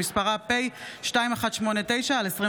שמספרה פ/2189/25.